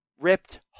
ripped